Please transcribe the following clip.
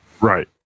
Right